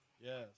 Yes